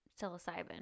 psilocybin